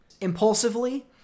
impulsively